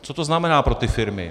Co to znamená pro ty firmy?